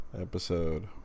Episode